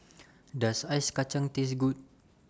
Does Ice Kachang Taste Good